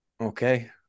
Okay